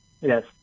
Yes